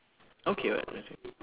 okay [what] I think